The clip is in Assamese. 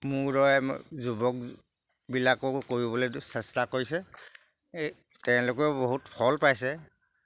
মোৰ দৰে যুৱকবিলাককো কৰিবলৈ চেষ্টা কৰিছে এই তেওঁলোকেও বহুত ফল পাইছে